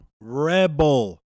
Rebel